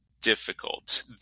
difficult